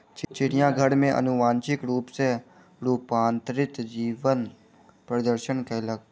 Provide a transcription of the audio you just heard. चिड़ियाघर में अनुवांशिक रूप सॅ रूपांतरित जीवक प्रदर्शन कयल गेल